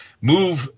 move